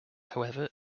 however